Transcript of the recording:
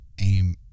aim